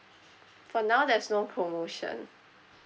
for now there's no promotion